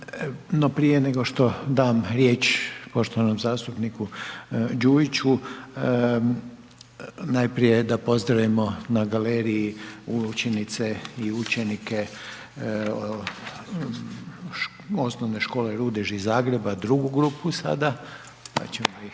prije nego što dam riječ poštovanom zastupniku Đujiću, najprije da pozdravimo na galeriji učenice i učenike OŠ Rudeš iz Zagreba, drugu grupu sada, pa ćemo ih